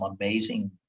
amazing